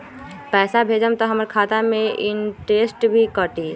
पैसा भेजम त हमर खाता से इनटेशट भी कटी?